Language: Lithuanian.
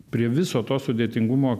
prie viso to sudėtingumo